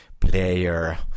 player